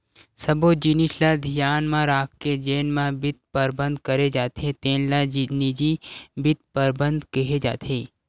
सब्बो जिनिस ल धियान म राखके जेन म बित्त परबंध करे जाथे तेन ल निजी बित्त परबंध केहे जाथे